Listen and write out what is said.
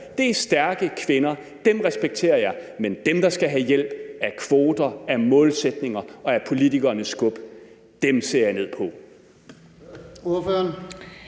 Det er stærke kvinder, og dem respekterer jeg. Men dem, der skal have hjælp af kvoter, af målsætninger og af politikernes skub, ser jeg ned på.